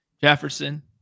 Jefferson